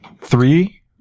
three